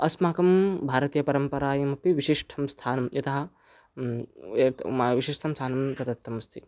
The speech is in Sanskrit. अस्माकं भारतीयपरम्परायामपि विशिष्टं स्थानं यतः यत् म् विशिष्टं स्थानं प्रदत्तमस्ति